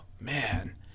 man